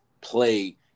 play